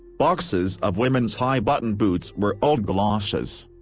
boxes of women's high-button boots were old galoshes.